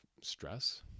stress